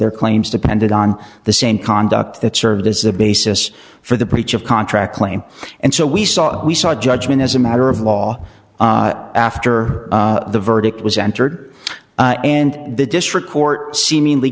their claims depended on the same conduct that served as a basis for the breach of contract claim and so we saw we saw judgment as a matter of law after the verdict was entered and the district court seemingly